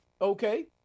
okay